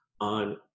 On